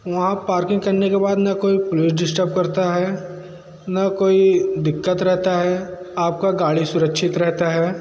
वहाँ पार्किंग करने के बाद ना कोई डिस्टर्ब करता है ना कोई दिक्कत रहती है आप की गाड़ी सुरक्षित रहती है